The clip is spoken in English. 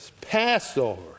Passover